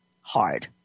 hard